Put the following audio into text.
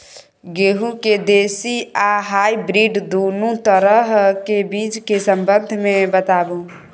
गेहूँ के देसी आ हाइब्रिड दुनू तरह के बीज के संबंध मे बताबू?